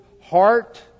heart